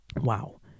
Wow